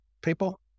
people